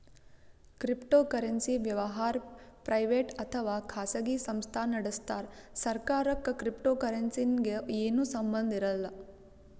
cryptocurrency ವ್ಯವಹಾರ್ private ಅಥವಾ ಖಾಸಗಿ ಸಂಸ್ಥಾ ನಡಸ್ತಾರ್ ಸರ್ಕಾರಕ್ಕ್ ಕ್ರಿಪ್ಟೋಕರೆನ್ಸಿಗ್ ಏನು ಸಂಬಂಧ್ ಇರಲ್ಲ್